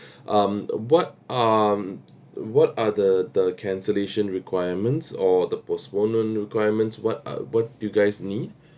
um what um what are the the cancellation requirements or the postponement requirements what uh what you guys need